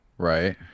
Right